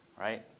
right